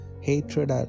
Hatred